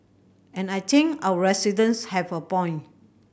and I think our residents have a point